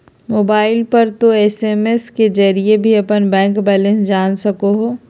mobile पर तों SMS के जरिए भी अपन बैंक बैलेंस जान सको हो